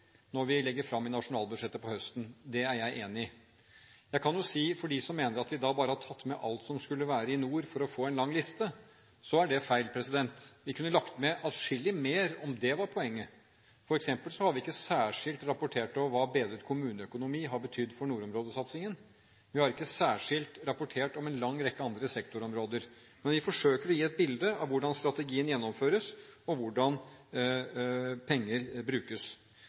når vi legger fram nasjonalbudsjettet på høsten. Det er jeg enig i. Til dem som mener at vi bare har tatt med alt som skulle være i nord, for å få en lang liste, kan jeg si at det er feil. Vi kunne lagt med atskillig mer, om det var poenget. Vi har f.eks. ikke rapportert særskilt om hva bedret kommuneøkonomi har betydd for nordområdesatsingen, og vi har ikke rapportert særskilt om en lang rekke andre sektorområder, men vi forsøker å gi et bilde av hvordan strategien gjennomføres, og hvordan penger brukes.